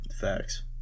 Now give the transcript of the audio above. Facts